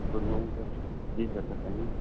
good morning sir جی sir بتائیے